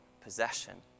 possession